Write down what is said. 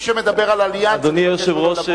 אדוני היושב-ראש,